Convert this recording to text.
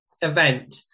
event